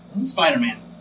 Spider-Man